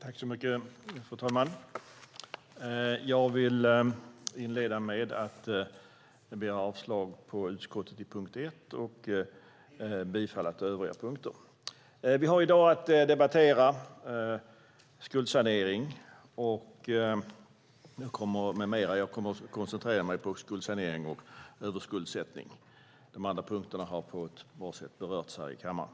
Fru talman! Jag yrkar avslag på utskottets förslag under punkt 1 och bifall till övriga punkter. Vi har i dag att debattera skuldsanering med mera. Jag kommer att koncentrera mig på skuldsanering och överskuldsättning. De andra punkterna har på ett bra sätt redan berörts här i kammaren.